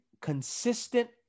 consistent